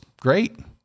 great